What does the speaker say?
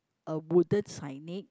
a wooden signage